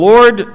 Lord